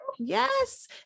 Yes